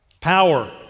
Power